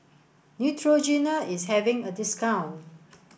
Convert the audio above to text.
Neutrogena is having a discount